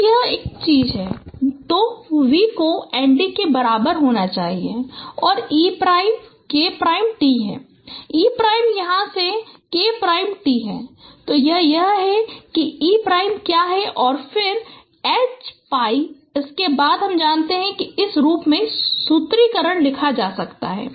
तो ये चीजें हैं तो v को n d के बराबर होना चाहिए और e prime K prime t है e प्राइम यहां से K प्राइम t है तो यह है कि e प्राइम क्या है और फिर H pi इस के बाद हम जानते हैं कि इस रूप में सूत्रीकरण लिखा जा सकता है